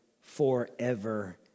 forever